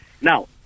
now